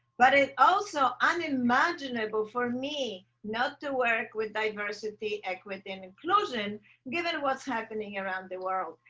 but it's also unimaginable for me not to work with diversity equity and inclusion given what's happening around the world,